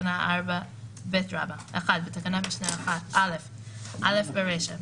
בתקנה 4ב- בתקנת משנה (א) - ברישה,